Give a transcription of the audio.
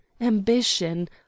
ambition